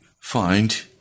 find